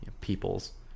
peoples